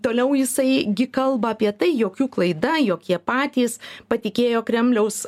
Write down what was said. toliau jisai gi kalba apie tai jog jų klaida jog jie patys patikėjo kremliaus